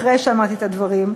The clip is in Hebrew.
אחרי שאמרתי את הדברים,